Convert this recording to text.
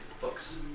books